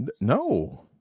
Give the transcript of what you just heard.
No